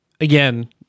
again